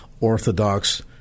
orthodox